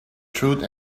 truth